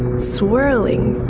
swirling,